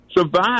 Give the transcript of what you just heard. survive